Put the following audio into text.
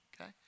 okay